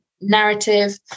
narrative